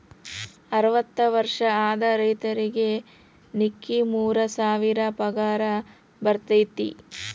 ಅರ್ವತ್ತ ವರ್ಷ ಆದ ರೈತರಿಗೆ ನಿಕ್ಕಿ ಮೂರ ಸಾವಿರ ಪಗಾರ ಬರ್ತೈತಿ